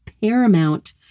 paramount